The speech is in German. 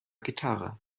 gitarre